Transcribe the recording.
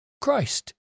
Christ